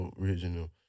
Original